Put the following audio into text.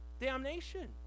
damnation